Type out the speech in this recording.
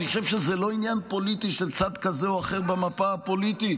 אני חושב שזה לא עניין פוליטי של צד כזה או אחר במפה הפוליטית.